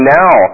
now